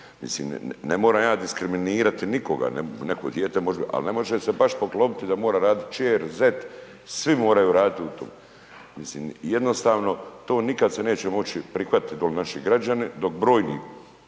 mislim ne moram ja diskriminirati nikoga, neko dijete možda, al ne može se baš poklopiti da mora raditi ćer, zet, svi moraju radit u tom, mislim, jednostavno to nikad se neće moći prihvatit naši građani, dok brojni,